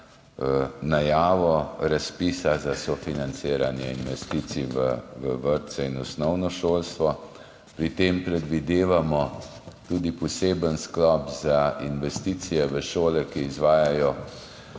najavo razpisa za sofinanciranje investicij v vrtce in osnovno šolstvo. Pri tem predvidevamo tudi poseben sklop za investicije v šole, ki izvajajo